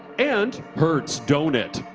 and hurts, don't it.